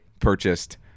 purchased